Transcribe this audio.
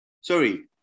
Sorry